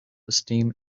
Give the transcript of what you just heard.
esteem